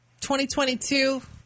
2022